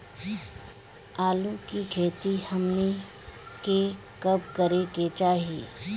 आलू की खेती हमनी के कब करें के चाही?